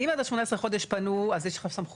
אם עד 18 החודשים פנו, אז יש לך סמכות.